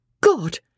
God